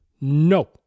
no